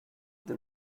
the